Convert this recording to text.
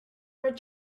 red